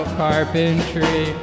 carpentry